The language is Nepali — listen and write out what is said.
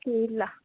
ओके ल